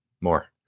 More